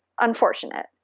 unfortunate